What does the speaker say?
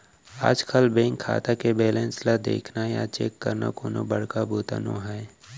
आजकल बेंक खाता के बेलेंस ल देखना या चेक करना कोनो बड़का बूता नो हैय